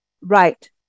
right